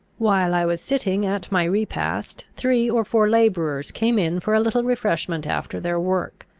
while i was sitting at my repast, three or four labourers came in for a little refreshment after their work.